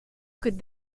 could